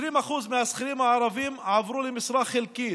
20% מהשכירים הערבים עברו למשרה חלקית,